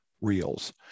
reels